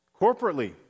corporately